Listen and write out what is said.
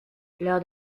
leur